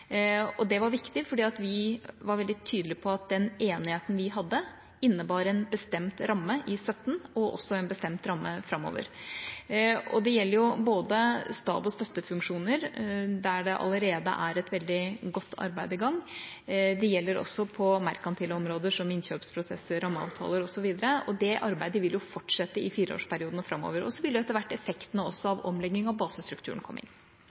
og det var viktig, for vi var veldig tydelig på at den enigheten vi hadde, innebar en bestemt ramme i 2017, og også en bestemt ramme framover. Det gjelder både stab- og støttefunksjoner, der det allerede er et veldig godt arbeid i gang. Det gjelder også på merkantile områder, som innkjøpsprosesser, rammeavtaler, osv., og det arbeidet vil fortsette i fireårsperiodene framover. Så vil etter hvert også effektene av omlegging av basestrukturen komme inn.